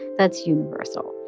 that's universal.